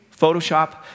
Photoshop